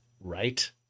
Right